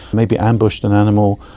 maybe ambushed an animal,